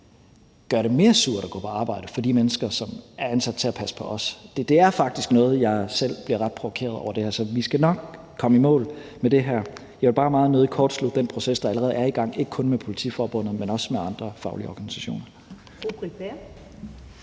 gøre det mere surt at gå på arbejde for de mennesker, som er ansat til at passe på os. Det er faktisk noget, jeg selv bliver ret provokeret over. Så vi skal nok komme i mål med det her; jeg vil bare meget nødig kortslutte den proces, der allerede er i gang, ikke kun med Politiforbundet, men også med andre faglige organisationer.